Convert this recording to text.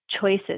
choices